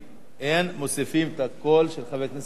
מוסיפים את הקול של חבר הכנסת דודו רותם.